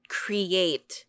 create